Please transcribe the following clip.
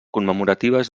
commemoratives